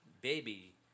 Baby